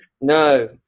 No